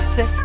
Say